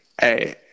hey